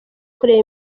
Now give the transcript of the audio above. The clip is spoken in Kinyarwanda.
kureba